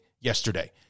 yesterday